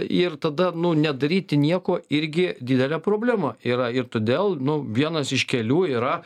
ir tada nu nedaryti nieko irgi didelė problema yra ir todėl nu vienas iš kelių yra